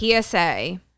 PSA